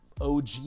OG